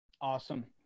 Awesome